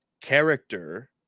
character